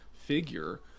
figure